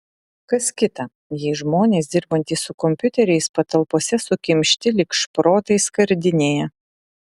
kas kita jei žmonės dirbantys su kompiuteriais patalpose sukimšti lyg šprotai skardinėje